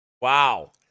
Wow